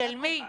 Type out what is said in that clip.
של מי?